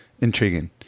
Intriguing